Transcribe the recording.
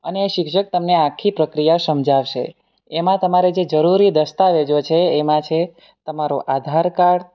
અને એ શિક્ષક તમને આખી પ્રક્રિયા સમજાવશે એમાં તમારે જે જરૂરી દસ્તાવેજો છે એમાં છે તમારું આધાર કાર્ડ